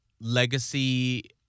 legacy